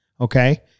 okay